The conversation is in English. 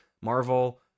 Marvel